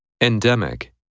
Endemic